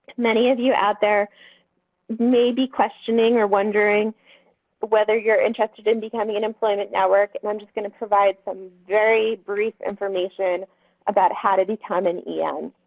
many of you out there may be questioning or wondering whether you're interested in becoming an employment network, and i'm just going to provide some very brief information about how to become an en.